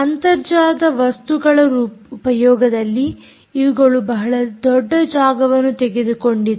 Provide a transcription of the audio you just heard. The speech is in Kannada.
ಅಂತರ್ಜಾಲದ ವಸ್ತುಗಳ ಉಪಯೋಗದಲ್ಲಿ ಇವುಗಳು ಬಹಳ ದೊಡ್ಡ ಜಾಗವನ್ನು ತೆಗೆದುಕೊಂಡಿದೆ